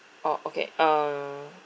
oh okay um